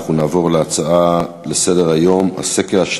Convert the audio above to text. נעבור להצעות לסדר-היום מס' 2212,